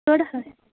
चड